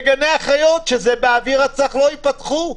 וגני החיות שהם באוויר הצח לא ייפתחו.